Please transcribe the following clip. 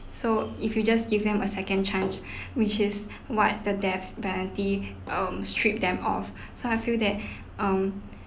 so if you just give them a second chance which is what the death penalty um strip them off so I feel that um